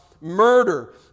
murder